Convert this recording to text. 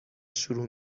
شروع